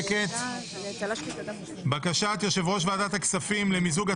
אני חושב שהוא צריך --- השאלה היא פיקוח ציבורי על-ידי מי לאור מהות